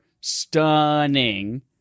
stunning